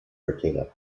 cortina